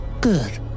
good